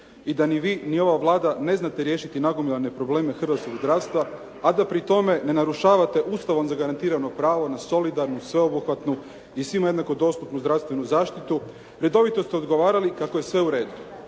i da ni Vi ni ova Vlada ne znate riješiti nagomilane probleme hrvatskog zdravstva, a da pri tome ne narušavate Ustavom zagarantirano pravo na solidarnu, sveobuhvatnu i svima jednako dostupnu zdravstvenu zaštitu, redovito ste odgovarali kako je sve u redu.